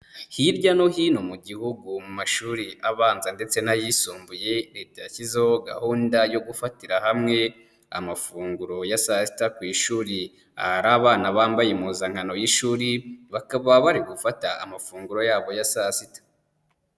Hirya no hino mu gihugu mu mashuri abanza ndetse n'ayisumbuye, leta yashyizeho gahunda yo gufatira hamwe amafunguro ya saa sita ku ishuri, hari abana bambaye impuzankano y'ishuri bakaba bari gufata amafunguro yabo ya saa sita.